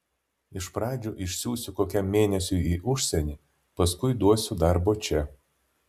iš pradžių išsiųsiu kokiam mėnesiui į užsienį paskui duosiu darbo čia